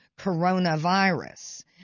coronavirus